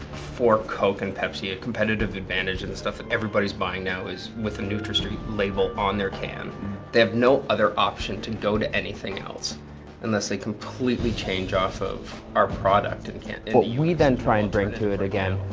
for coke and pepsi, a competitive advantage of the stuff that everybody's buying now is with the nutrasweet label on their can, they have no other option to go to anything else unless they completely change off of our product. and what we then try and bring to it, again,